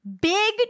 big